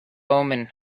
omen